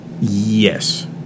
Yes